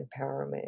empowerment